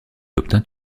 obtint